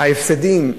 ההפסדים,